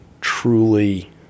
truly